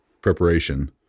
preparation